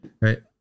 right